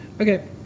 Okay